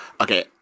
okay